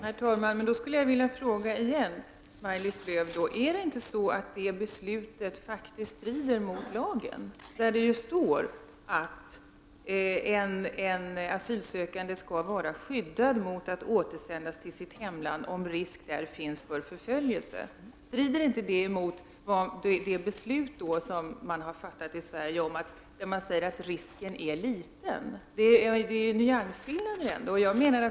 Herr talman! Jag vill återigen fråga Maj-Lis Lööw: Strider inte det beslutet mot lagen, där det står att en asylsökande skall vara skyddad mot att återsändas till sitt hemland om risk där finns för förföljelse? Strider inte detta mot det beslut som man har fattat i Sverige, där man säger att risken är liten? Det är ändå fråga om nyansskillnader.